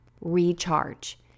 recharge